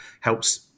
helps